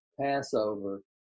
Passover